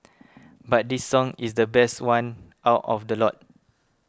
but this song is the best one out of the lot